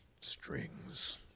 Strings